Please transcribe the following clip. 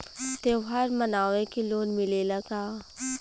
त्योहार मनावे के लोन मिलेला का?